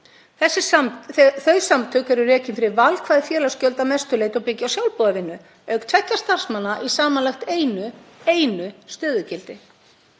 Þessi samtök eru rekin fyrir valkvæð félagsgjöld að mestu leyti og byggja á sjálfboðavinnu, auk tveggja starfsmanna í samanlagt einu stöðugildi.